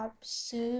soup